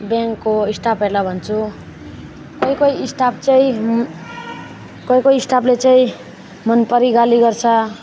ब्याङ्कको स्टाफहरूलाई भन्छु कोही कोही स्टाफ चाहिँ कोही कोही स्टाफले चाहिँ मन परी गाली गर्छ